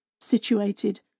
situated